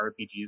RPGs